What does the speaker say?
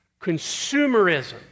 Consumerism